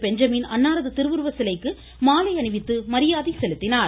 Benjamin அன்னாரது திருவுருவச் சிலைக்கு மாலை அணிவித்து மரியாதை செலுத்தினார்